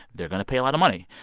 they're going to pay a lot of money.